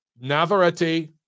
Navarrete